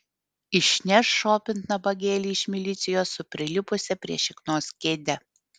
išneš šopint nabagėlį iš milicijos su prilipusia prie šiknos kėde